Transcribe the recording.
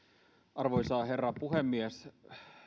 arvoisa herra puhemies